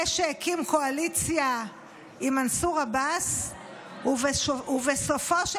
זה שהקים קואליציה עם מנסור עבאס ובסופו של